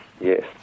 Yes